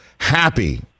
happy